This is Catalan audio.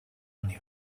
niu